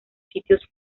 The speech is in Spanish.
sitios